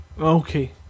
Okay